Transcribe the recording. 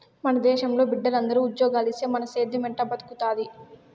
మన దేశంలో బిడ్డలందరూ ఉజ్జోగాలిస్తే మరి సేద్దెం ఎట్టా బతుకుతాది